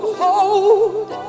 hold